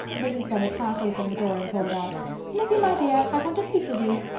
mrs. bennet half-opened the door and called out lizzy, my dear, i want to speak with you.